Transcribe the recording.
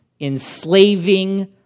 enslaving